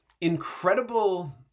incredible